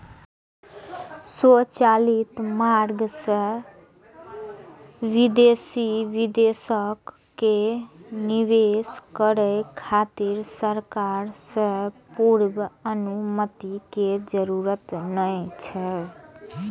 स्वचालित मार्ग सं विदेशी निवेशक कें निवेश करै खातिर सरकार सं पूर्व अनुमति के जरूरत नै छै